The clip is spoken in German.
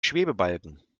schwebebalken